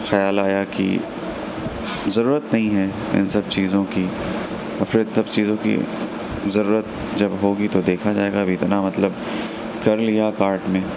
خیال آیا کی ضرورت نہیں ہے اِن سب چیزوں کی اور پھر تب چیزوں کی ضروت جب ہوگی تو دیکھا جائے گا ابھی اتنا مطلب کر لیا کارٹ میں